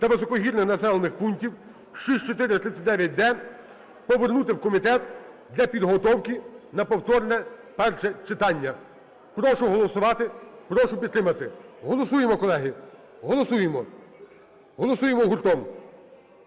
та високогірних населених пунктів (6439-д) повернути в комітет для підготовки на повторне перше читання. Прошу голосувати, прошу підтримати. Голосуємо, колеги. Голосуємо. Голосуємо гуртом.